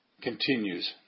continues